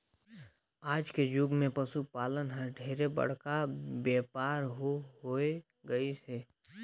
आज के जुग मे पसु पालन हर ढेरे बड़का बेपार हो होय गईस हे